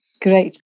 Great